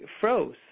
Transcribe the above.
froze